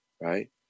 right